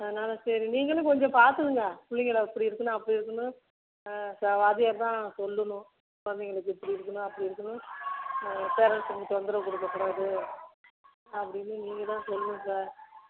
அதனால் சரி நீங்களும் கொஞ்சம் பார்த்துக்குங்க பிள்ளைங்கள இப்படி இருக்கணும் அப்படி இருக்கணும் ஆ சார் வாத்தியார் தான் சொல்லணும் குழந்தைங்களுக்கு இப்படி இருக்கணும் அப்படி இருக்கணும் பேரண்ட்ஸுக்கு தொந்தரவு கொடுக்கக் கூடாது அப்படின்னு நீங்கள் தான் சொல்லணும் சார்